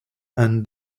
and